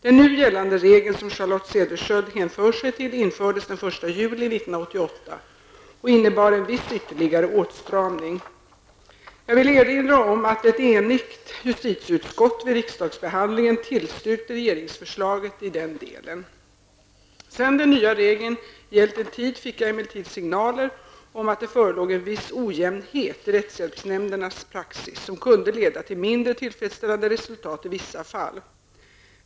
Den nu gällande regeln, som Charlotte Cederschiöld hänför sig till, infördes den 1 juli 1988 och innebar en viss ytterligare åtstramning. Jag vill erinra om att ett enigt justitieutskott vid riksdagsbehandlingen tillstyrkte regeringsförslaget i denna del. Sedan den nya regeln gällt en tid fick jag emellertid signaler om att det förelåg en viss ojämnhet i rättshjälpsnämndernas praxis som kunde leda till mindre tillfredsställande resultat i vissa fall.